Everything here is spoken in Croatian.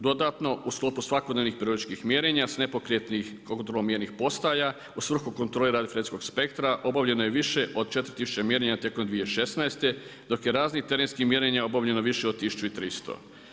Dodatno u sklopu svakodnevnih … mjerenja sa nepokretnih kontrolomjernih postaja u svrhu kontrole rada … spektra obavljeno je više od 4 tisuće mjerenja tijekom 2016. dok je raznim terenskim mjerenjima obavljeno više od 1300.